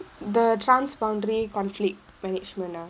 the transboundary conflict management